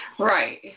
Right